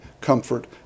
comfort